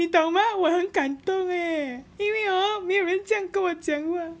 你懂吗我很感动 eh 因为 hor 没有人这样跟我讲话